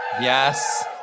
Yes